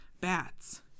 bats